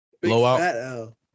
Blowout